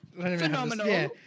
phenomenal